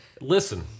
listen